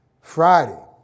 Friday